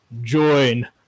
Join